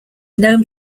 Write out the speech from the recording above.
known